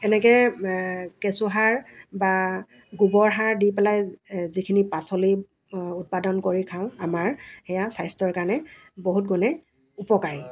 এনেকৈ কেঁচুসাৰ বা গোবৰ সাৰ দি পেলাই যিখিনি পাচলি উৎপাদন কৰি খাওঁ আমাৰ সেয়া স্বাস্থ্যৰ কাৰণে বহুত গুণে উপকাৰী